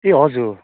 ए हजुर